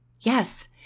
Yes